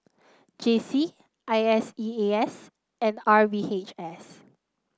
JC I S E A S and R V H S